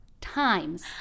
times